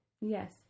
Yes